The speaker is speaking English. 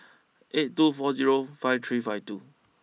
eight two four zero five three five two